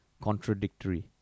contradictory